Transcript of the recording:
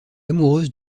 amoureuse